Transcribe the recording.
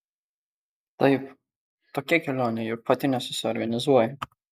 taip tokia kelionė juk pati nesusiorganizuoja